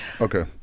Okay